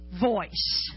voice